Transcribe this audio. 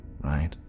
right